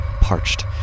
parched